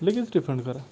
लगेच रिफंड करा